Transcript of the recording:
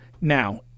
Now